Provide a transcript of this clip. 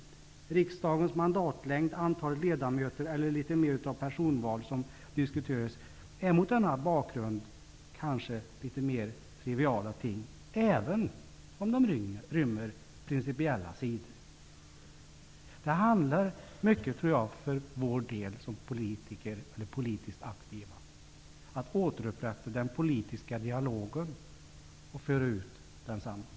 Frågor om riksdagens mandatlängd, antalet ledamöter och personval, som diskuteras, är mot denna bakgrund litet mera triviala ting, även om de rymmer principiella sidor. För oss som är politiskt aktiva handlar det om att återupprätta den politiska dialogen och om att föra ut densamma.